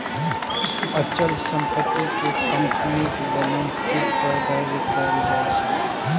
अचल संपत्ति कें कंपनीक बैलेंस शीट पर दर्ज कैल जाइ छै